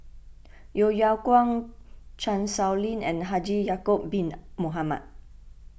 Yeo Yeow Kwang Chan Sow Lin and Haji Ya'Acob Bin Mohamed